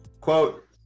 quote